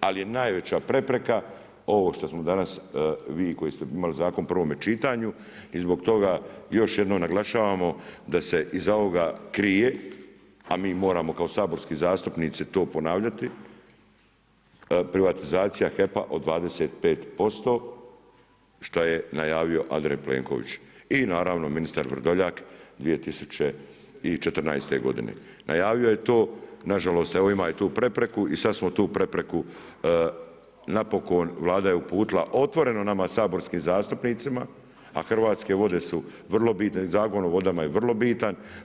ali je najveća prepreka, ovo što ste danas, vi koji ste imali zakon u prvome čitanju, i zbog toga još jednom naglašavamo, da se iza ovoga krije, a mi moramo kao saborski zastupnici to ponavljati, privatizacija HEP-a od 25% što je najavio Andrej Plenković i naravno ministar Vrdoljak, 2014.g. Najavio je to, nažalost, evo ima i tu prepreku i sad smo tu prepreku, napokon, Vlada je uputila otvoreno, nama saborskim zastupnicima, a Hrvatske vode su vrlo bitne, Zakon o vodam aje vrlo bitan.